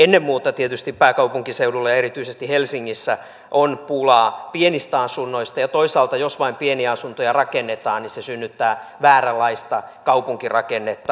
ennen muuta tietysti pääkaupunkiseudulla ja erityisesti helsingissä on pulaa pienistä asunnoista ja toisaalta jos vain pieniä asuntoja rakennetaan niin se synnyttää vääränlaista kaupunkirakennetta